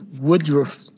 Woodruff